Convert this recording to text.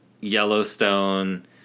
Yellowstone